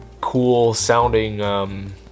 cool-sounding